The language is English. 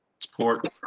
Support